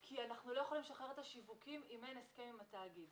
כי אנחנו לא יכולים לשחרר את השיווקים אם אין הסכם עם התאגיד.